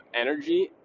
energy